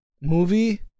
movie